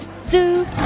Zoo